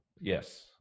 Yes